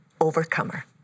overcomer